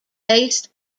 based